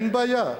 אין בעיה.